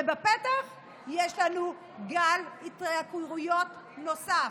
ובפתח יש לנו גל התייקרויות נוסף.